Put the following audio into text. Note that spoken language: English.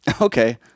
Okay